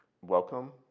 welcome